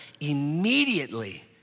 immediately